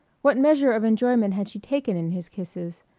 what measure of enjoyment had she taken in his kisses?